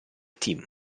team